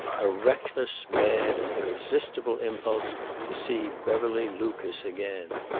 a reckless, mad, and irresistible impulse to see beverly lucas again.